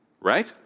right